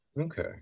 Okay